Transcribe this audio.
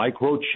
microchip